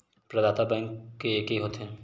प्रदाता बैंक के एके होथे?